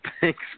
Thanks